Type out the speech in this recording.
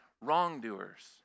wrongdoers